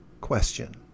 question